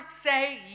say